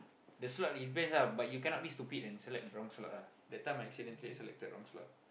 the slot it depends ah but you cannot be stupid and select the wrong slot ah that time I accidentally selected wrong slot